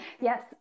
Yes